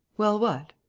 well what?